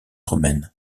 romaine